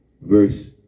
verse